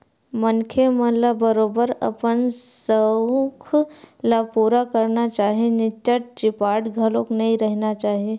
मनखे मन ल बरोबर अपन सउख ल पुरा करना चाही निच्चट चिपास घलो नइ रहिना चाही